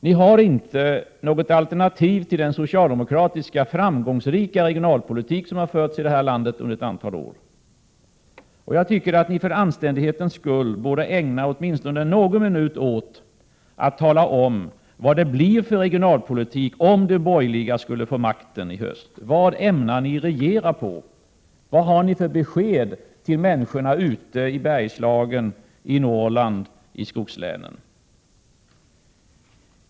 Ni har inte något alternativ till den socialdemokratiska framgångsrika regionalpolitik som har förts i det här landet under ett antal år. Jag tycker att ni för anständighetens skull borde ägna åtminstone någon minut åt att tala om vilken regionalpolitik som kommer att föras om de borgerliga skulle få makten i höst. Vad ämnar ni regera på? Vilka besked har ni till människorna i Bergslagen, i Norrland och i skogslänen?